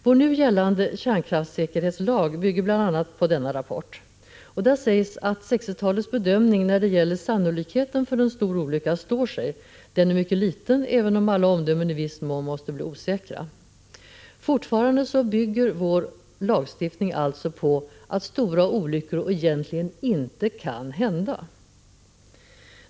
Vår nu gällande kärnkraftssäkerhetslag bygger bl.a. på denna rapport. Där sägs att 1960-talets bedömning när det gäller sannolikheten för en stor olycka står sig. Den är mycket liten, även om alla omdömen i viss mån måste bli osäkra. Fortfarande bygger vår lagstiftning alltså på att stora olyckor egentligen inte kan hända.